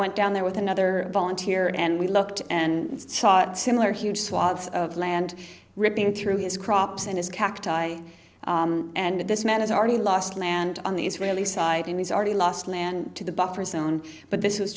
went down there with another volunteer and we looked and saw similar huge swaths of land ripping through his crops and his cacti and this man has already lost land on the israeli side and he's already lost land to the buffer zone but this